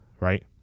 Right